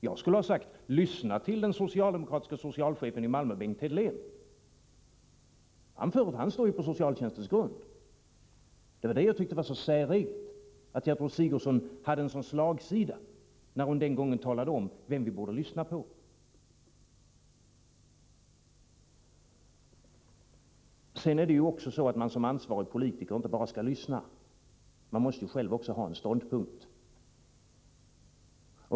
Jag skulle ha sagt: Lyssna till den socialdemokratiska socialchefen i Malmö Bengt Hedlén. Han står bakom socialtjänstlagens grund. Jag tyckte att det var säreget att Gertrud Sigurdsen hade en sådan slagsida när hon den gången talade om för oss vem vi borde lyssna på. Som ansvarig politiker skall man inte bara lyssna, man måste också själv ha en ståndpunkt.